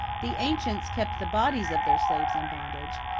the ancients kept the bodies of their slaves in bondage,